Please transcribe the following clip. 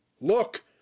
Look